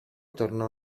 tornò